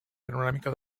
panoràmica